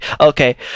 Okay